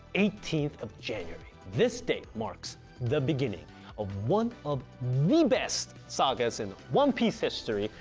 eighteenth of january, this date marks the beginning of one of the best sagas in one piece history,